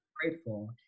grateful